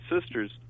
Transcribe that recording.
sisters